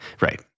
right